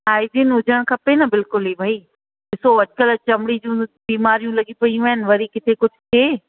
hygiene हुजणु खपे न बिल्कुलु ई भई ॾिसो अॼु कल्ह चमिड़ियुनि जूं बीमारयूं लॻियूं पेयूं आहिनि वरी किथे कुझु थिए